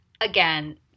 Again